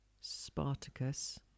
Spartacus